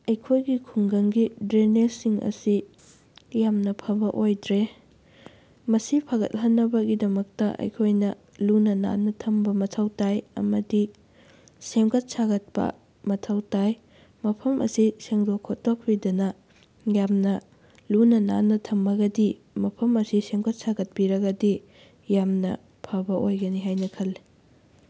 ꯑꯩꯈꯣꯏꯒꯤ ꯈꯨꯡꯒꯪꯒꯤ ꯗ꯭ꯔꯦꯅꯦꯖꯁꯤꯡ ꯑꯁꯤ ꯌꯥꯝꯅ ꯐꯕ ꯑꯣꯏꯗ꯭ꯔꯦ ꯃꯁꯤ ꯐꯒꯠꯍꯟꯅꯕꯒꯤꯗꯃꯛꯇ ꯑꯩꯈꯣꯏꯅ ꯂꯨꯅ ꯅꯥꯟꯅ ꯊꯝꯕ ꯃꯊꯧ ꯇꯥꯏ ꯑꯃꯗꯤ ꯁꯦꯝꯀꯠ ꯁꯥꯒꯠꯄ ꯃꯊꯧ ꯇꯥꯏ ꯃꯐꯝ ꯑꯁꯤ ꯁꯦꯡꯗꯣꯛ ꯈꯣꯇꯣꯛꯄꯤꯗꯅ ꯌꯥꯝꯅ ꯂꯨꯅ ꯅꯥꯟꯅ ꯊꯝꯃꯒꯗꯤ ꯃꯐꯝ ꯑꯁꯤ ꯁꯦꯝꯒꯠ ꯁꯥꯒꯠꯄꯤꯔꯒꯗꯤ ꯌꯥꯝꯅ ꯐꯕ ꯑꯣꯏꯒꯅꯤ ꯍꯥꯏꯅ ꯈꯜꯂꯤ